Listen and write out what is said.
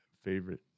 favorite